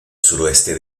suroeste